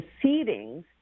proceedings